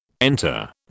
Enter